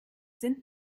sind